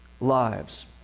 lives